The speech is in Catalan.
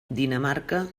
dinamarca